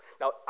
Now